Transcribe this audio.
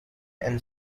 and